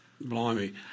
Blimey